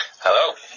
Hello